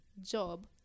job